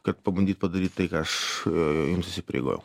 kad pabandyt padaryt tai ką aš a jums įsipareigojau